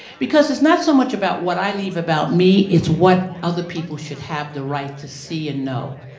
because it's not so much about what i leave about me. it's what other people should have the right to see and know.